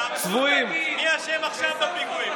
ואתה הולך ומתראיין אחר כך וכדי לא ליצור לכם בעיות בקואליציה,